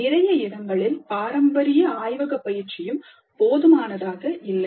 நிறைய இடங்களில் பாரம்பரிய ஆய்வக பயிற்சியும் போதுமானதாக இல்லை